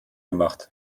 gemacht